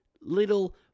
little